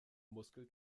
muskel